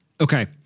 Okay